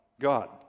God